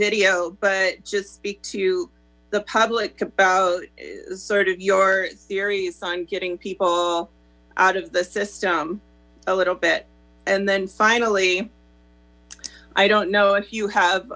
video but just speak to the public about sort of your theories on getting people out of the system a little bit and then finally i don't know if you have